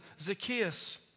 Zacchaeus